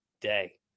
day